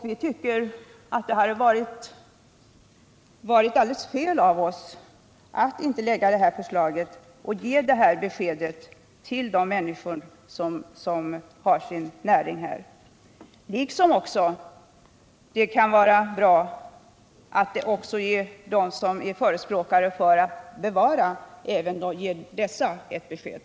Vi tycker att det hade varit alldeles fel av oss att inte lägga fram detta förslag och ge besked till de människor som har sin näring på detta område. Det kan också vara bra att ge ett besked till dem som är förespråkare för att man skall bevara älvarna.